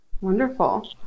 wonderful